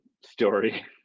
story